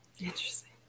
interesting